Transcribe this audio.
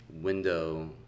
window